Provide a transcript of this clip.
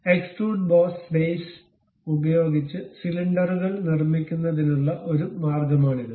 extrude boss base ഉപയോഗിച്ച് സിലിണ്ടറുകൾ നിർമ്മിക്കുന്നതിനുള്ള ഒരു മാർഗമാണിത്